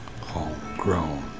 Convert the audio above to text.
homegrown